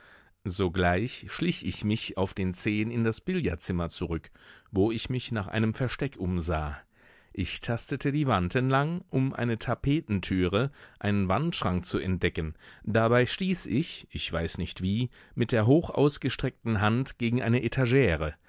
sogleich schlich ich mich auf den zehen in das billardzimmer zurück wo ich mich nach einem versteck umsah ich tastete die wand entlang um eine tapetentüre einen wandschrank zu entdecken dabei stieß ich ich weiß nicht wie mit der hoch ausgestreckten hand gegen eine etagere